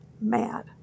mad